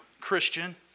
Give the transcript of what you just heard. Christian